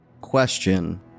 question